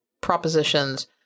propositions